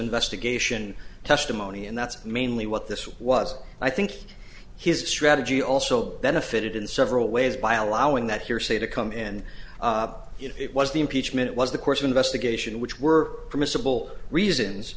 investigation testimony and that's mainly what this was i think his strategy also benefited in several ways by allowing that hearsay to come in if it was the impeachment was the course of investigation which were permissible reasons